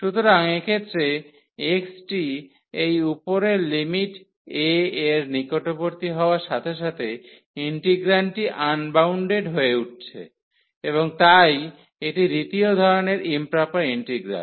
সুতরাং এক্ষেত্রে x টি এই উপরের লিমিট a এর নিকটবর্তী হওয়ার সাথে সাথে ইন্টিগ্রান্ডটি আনবাউন্ডেড হয়ে উঠছে এবং তাই এটি দ্বিতীয় ধরণের ইম্প্রপার ইন্টিগ্রাল